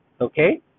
okay